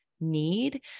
need